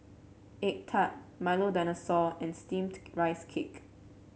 egg tart Milo Dinosaur and steamed Rice Cake